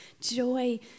joy